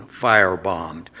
firebombed